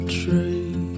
tree